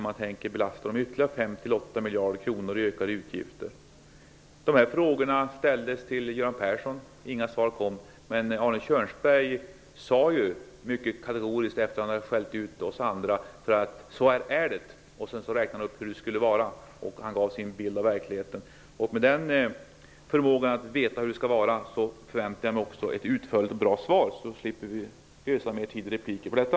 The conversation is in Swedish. Man tänker ju belasta dem med utgifter om ytterligare 5--8 De här frågorna ställdes till Göran Persson. Inga svar kom. Men Arne Kjörnsberg sade mycket kategoriskt, efter att ha skällt ut oss andra, hur det är. Sedan hade han en uppräkning och talade om hur det skulle vara när han gav sin bild av verkligheten. Med tanke på den förmågan att veta hur det skall vara förväntar jag mig ett utförligt och bra svar. Därmed skulle vi slippa ödsla mera tid på repliker om detta.